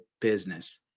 business